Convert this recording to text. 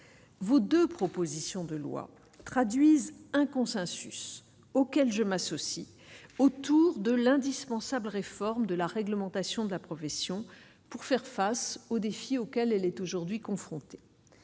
vous 2 propositions de loi traduisent un consensus auquel je m'associe, autour de l'indispensable réforme de la réglementation de la profession pour faire face aux défis auxquels elle est aujourd'hui confronté